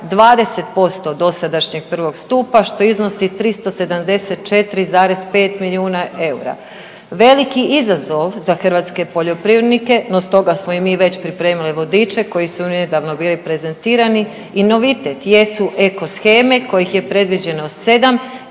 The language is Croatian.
20% dosadašnjeg prvog stupa što iznosi 374,5 milijuna eura. Veliki izazov za hrvatske poljoprivrednike, no stoga smo im mi već pripremili vodiče koji su nedavno bili prezentirani i novitet jesu eko sheme kojih je predviđeno 7